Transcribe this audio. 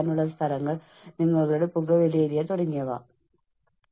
മാനേജുമെന്റിന് മാനസിക സുരക്ഷയുടെ ഒരു പരിതസ്ഥിതി നിലനിർത്താൻ എത്രമാത്രം താൽപ്പര്യമുണ്ട്